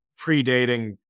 predating